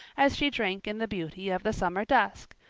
as she drank in the beauty of the summer dusk,